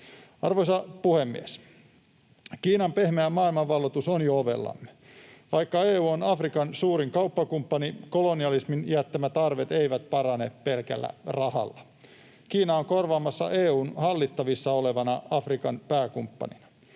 Arvoisa puhemies! Kiinan pehmeä maailmanvalloitus on jo ovellamme. Vaikka EU on Afrikan suurin kauppakumppani, kolonialismin jättämät arvet eivät parane pelkällä rahalla. Kiina on korvaamassa EU:n hallittavissa olevana Afrikan pääkumppanina.